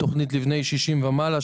שזו תוכנית לבני 60 ומעלה,